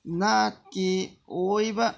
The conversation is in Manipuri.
ꯅꯥꯠꯀꯤ ꯑꯣꯏꯕ